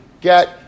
get